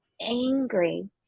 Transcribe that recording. angry